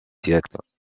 siècles